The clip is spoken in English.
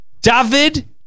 David